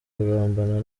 kurambana